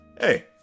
hey